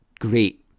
great